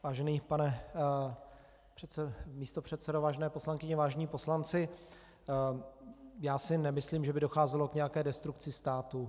Vážený pane místopředsedo, vážené poslankyně, vážení poslanci, já si nemyslím, že by docházelo k nějaké destrukci státu.